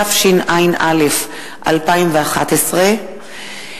התשע"א 2011,